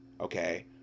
okay